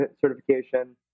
certification